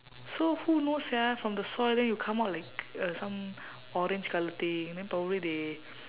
so who knows sia from the soil then you come out like uh some orange colour thing then probably they